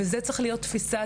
וזו צריכה להיות תפיסת